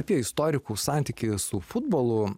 apie istorikų santykį su futbolu